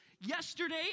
Yesterday